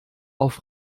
auf